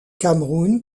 cameroun